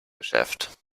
geschäft